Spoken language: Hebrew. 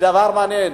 דבר מעניין.